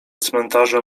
cmentarze